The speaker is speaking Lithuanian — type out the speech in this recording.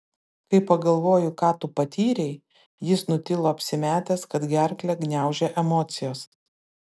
kai pagalvoju ką tu patyrei jis nutilo apsimetęs kad gerklę gniaužia emocijos